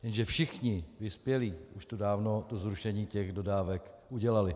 Jenže všichni vyspělí už dávno to zrušení dodávek udělali.